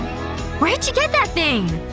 where'd you get that thing?